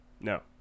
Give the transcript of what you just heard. No